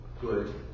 good